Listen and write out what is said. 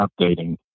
updating